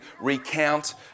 recount